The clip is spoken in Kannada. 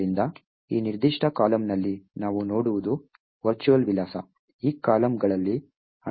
ಆದ್ದರಿಂದ ಈ ನಿರ್ದಿಷ್ಟ ಕಾಲಮ್ನಲ್ಲಿ ನಾವು ನೋಡುವುದು ವರ್ಚುವಲ್ ವಿಳಾಸ ಈ ಕಾಲಮ್ಗಳಲ್ಲಿ ಅನುಗುಣವಾದ ಸೂಚನೆಗಳು